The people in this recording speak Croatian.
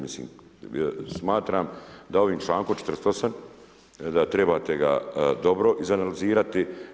Mislim smatram da ovim člankom 48., da trebate ga dobro izanalizirati.